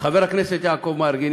חבר הכנסת יעקב מרגי,